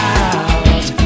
out